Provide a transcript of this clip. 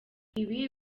ibi